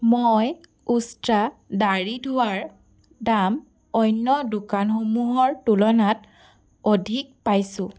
মই উষ্ট্ৰা দাড়ি ধোৱাৰ দাম অন্য দোকানসমূহৰ তুলনাত অধিক পাইছোঁ